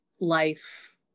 life